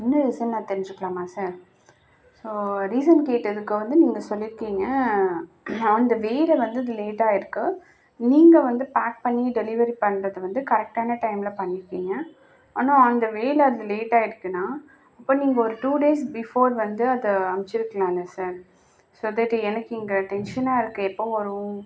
என்ன ரீசன்னு நான் தெரிஞ்சுக்கலாமா சார் ஸோ ரீசன் கேட்டதுக்கு வந்து நீங்கள் சொல்லியிருக்கீங்க ஆன் த வேயில் வந்து லேட்டாகிருக்கு நீங்கள் வந்து பேக் பண்ணி டெலிவெரி பண்ணுறது வந்து கரெக்டான டைமில் பண்ணியிருக்கீங்க ஆனால் ஆன் த வேயில் அது லேட்டாகிருக்குன்னா அப்போ நீங்கள் ஒரு டூ டேஸ் பிஃபோர் வந்து அதை அனுப்பிச்சிருக்கலாம்ல சார் ஸோ தட் எனக்கு இங்கே டென்ஷனாக இருக்குது எப்போ வரும்